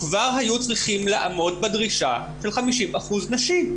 כבר היו צריכים לעמוד בדרישה של 50% נשים.